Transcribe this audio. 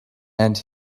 and